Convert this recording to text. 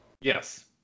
Yes